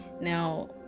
Now